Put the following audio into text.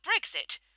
Brexit